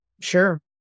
sure